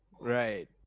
Right